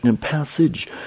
passage